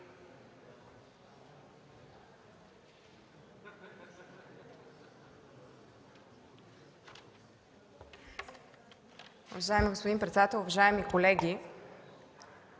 Уважаеми господин председател, уважаеми колеги,